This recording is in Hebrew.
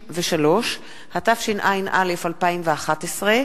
63), התשע"א 2011,